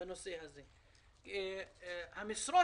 והן